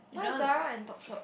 why Zara and Topshop